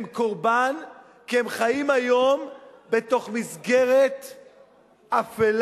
הם קורבן, כי הם חיים היום בתוך מסגרת אפלה,